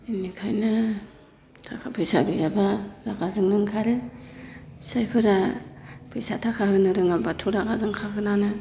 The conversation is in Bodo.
बिनिखायनो थाखा फैसा गैयाब्ला रागा जोंनो ओंखारो फिसायफोरा फैसा थाखा होनो रोङाबाथ' रागा जोंखागोनानो